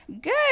good